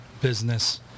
business